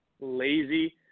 Lazy